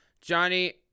Johnny